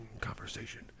conversation